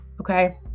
okay